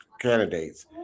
candidates